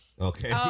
Okay